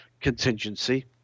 contingency